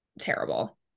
terrible